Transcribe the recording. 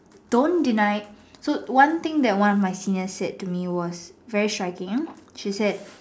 don't deny so one thing that one of my senior said to me was very striking she said